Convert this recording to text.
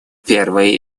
первый